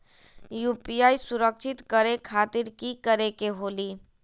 UPI सुरक्षित करे खातिर कि करे के होलि?